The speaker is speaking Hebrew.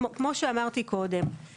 כמו שאמרתי קודם,